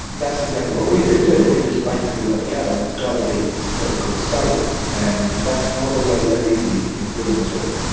that's exactly what we do too, we just basically let it go, and it's got to be so what we call stable. and that's not always that easy doing this work.